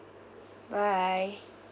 bye